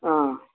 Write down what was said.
ಹಾಂ